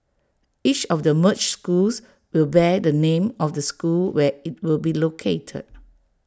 each of the merged schools will bear the name of the school where IT will be located